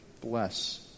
bless